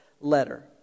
letter